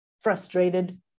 frustrated